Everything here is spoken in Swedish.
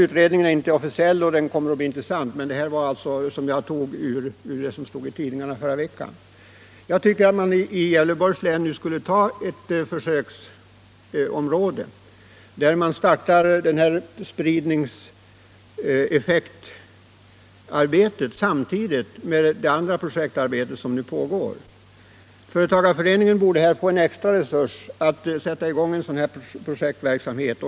Utredningen är som sagt inte officiell —- jag har bara återgivit vad som stod i tidningarna i förra veckan. Jag tycker att man borde göra Gävleborgs län till ett försöksområde där man startar arbetet med att sprida sysselsättningen samtidigt med det andra projektarbetet som nu pågår. Företagareföreningen borde få extra resurser för att sätta i gång sådan projektverksamhet.